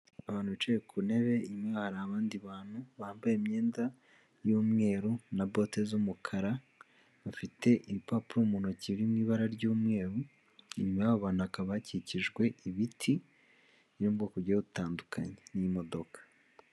Abantu bicaye ku ntebe imwe, hari abandi bantu bambaye imyenda y'umweru na bote z'umukara, bafite ibipapuro mu ntoki biri mu ibara ry'umweru, inyuma y'abo bantu hakaba hakikijwe ibiti by'ubwoko butandukanye n'imodoka.